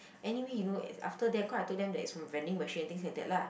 anyway you know after that cause I told them it's from vending machine and things like that lah